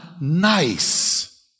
nice